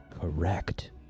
correct